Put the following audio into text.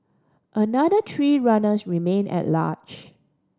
another three runners remain at large